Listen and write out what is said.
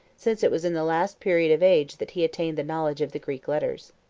since it was in the last period of age that he attained the knowledge of the greek letters.